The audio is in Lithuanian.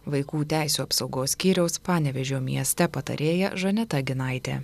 vaikų teisių apsaugos skyriaus panevėžio mieste patarėja žaneta ginaitė